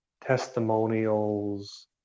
testimonials